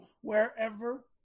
wherever